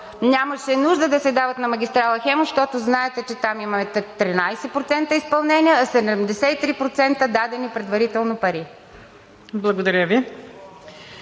нямаше нужда да се дават на магистрала „Хемус“, защото знаете, че там има 13% изпълнение, а 73% дадени предварително пари. ПРЕДСЕДАТЕЛ